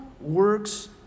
works